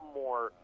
more